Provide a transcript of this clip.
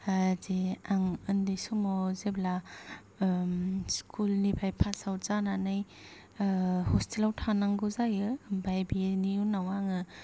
जे आं ओन्दै समाव जेब्ला स्कुलनिफ्राय पास आउट जानानै हस्टेलाव थानांगौ जायो ओम्फाय बेनि उनाव आङो